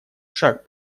шаг